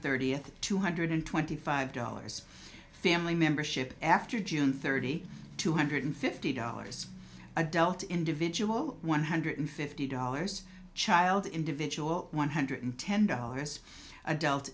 thirtieth two hundred twenty five dollars family membership after june thirty two hundred fifty dollars adult individual one hundred fifty dollars child individual one hundred ten dollars adult